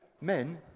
men